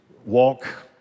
Walk